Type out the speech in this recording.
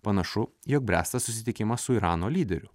panašu jog bręsta susitikimas su irano lyderiu